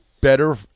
better